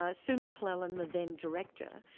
ah sue mclennan, the then director,